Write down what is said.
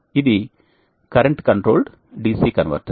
ఇది current controlled D C converter